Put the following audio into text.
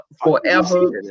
forever